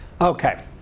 Okay